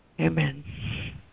Amen